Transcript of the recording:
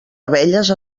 abelles